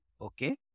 Okay